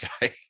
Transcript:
guy